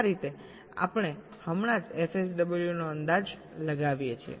આ રીતે આપણે હમણાં જ fSW નો અંદાજ લગાવીએ છીએ